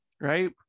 Right